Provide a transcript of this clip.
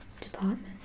department